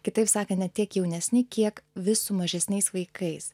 kitaip sakant ne tiek jaunesni kiek vis su mažesniais vaikais